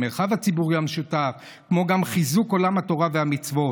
המרחב הציבורי המשותף וגם חיזוק עולם התורה והמצוות.